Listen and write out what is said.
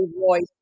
voice